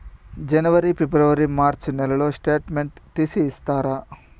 జనవరి, ఫిబ్రవరి, మార్చ్ నెలల స్టేట్మెంట్ తీసి ఇస్తారా?